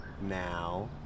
now